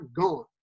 gone